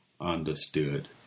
understood